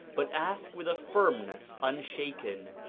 but ask with a firmness unshaken,